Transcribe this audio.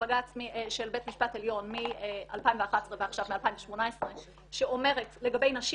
בית משפט עליון מ-2011 ועכשיו מ-2018 שאומרת לגבי נשים